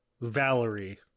Valerie